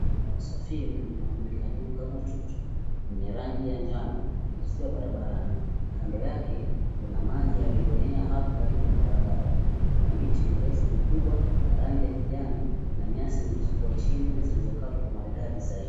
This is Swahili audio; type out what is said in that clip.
Gari inayosafiri inajulikana kama tuktuku yenye rangi ya njano iliyo barabarani kando yake maji yaliyoenea hapo karibu ya barabara, kuna miti mirefu kubwa ya rangi ya kijani na nyasi zilizokua chini na zilizokatwa kwa umaridadi zaidi.